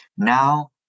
Now